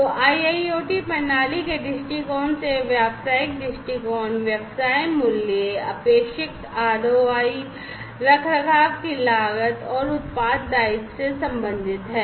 तो IIoT प्रणाली के दृष्टिकोण से व्यावसायिक दृष्टिकोण व्यवसाय मूल्य अपेक्षित आरओआई रखरखाव की लागत और उत्पाद दायित्व से संबंधित है